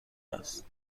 است